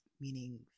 meaning